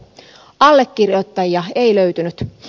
allekirjoittajia ei löytynyt